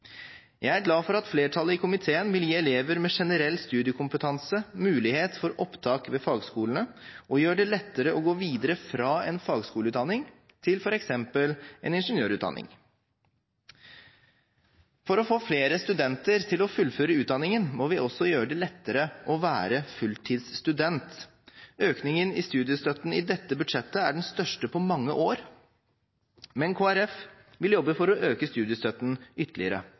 Jeg er glad for at flertallet i komiteen vil gi elever med generell studiekompetanse mulighet for opptak ved fagskolene og gjøre det lettere å gå videre fra en fagskoleutdanning til f.eks. en ingeniørutdanning. For å få flere studenter til å fullføre utdanningen må vi også gjøre det lettere å være fulltidsstudent. Økningen i studiestøtten i dette budsjettet er den største på mange år, men Kristelig Folkeparti vil jobbe for å øke studiestøtten ytterligere.